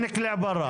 ברא.